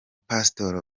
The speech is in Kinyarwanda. pastor